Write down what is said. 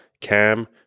Cam